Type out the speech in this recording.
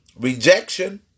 Rejection